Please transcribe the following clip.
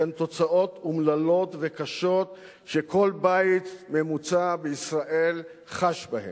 אך הן תוצאות אומללות וקשות שכל בית ממוצע בישראל חש בהן.